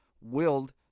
willed